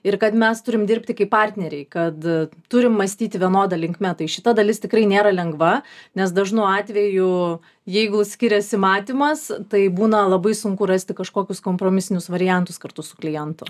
ir kad mes turim dirbti kaip partneriai kad turim mąstyti vienoda linkme tai šita dalis tikrai nėra lengva nes dažnu atveju jeigu skiriasi matymas tai būna labai sunku rasti kažkokius kompromisinius variantus kartu su klientu